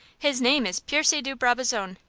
his name is percy de brabazon.